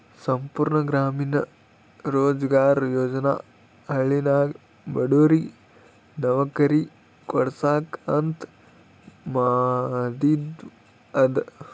ಸಂಪೂರ್ಣ ಗ್ರಾಮೀಣ ರೋಜ್ಗಾರ್ ಯೋಜನಾ ಹಳ್ಳಿನಾಗ ಬಡುರಿಗ್ ನವ್ಕರಿ ಕೊಡ್ಸಾಕ್ ಅಂತ ಮಾದಿದು ಅದ